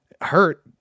hurt